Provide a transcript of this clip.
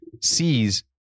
sees